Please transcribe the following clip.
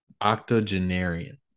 Octogenarian